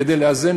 כדי לאזן,